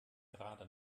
gerade